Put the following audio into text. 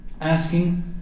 asking